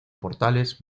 portales